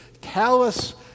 callous